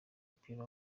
w’umupira